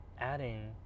adding